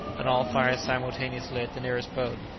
and all fired simultaneously at the nearest boat.